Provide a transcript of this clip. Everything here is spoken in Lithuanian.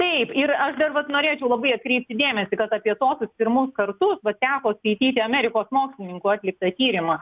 taip ir aš dar vat norėčiau labai atkreipti dėmesį kad apie tokius pirmus kartus vat teko skaityti amerikos mokslininkų atliktą tyrimą